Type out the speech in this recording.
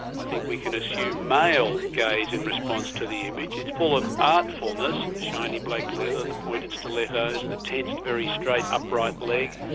i think we can assume, male gaze in response to the image. it's full of artfulness, the shiny black leather, the pointed stilettos, the tensed, very straight upright leg,